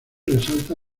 resalta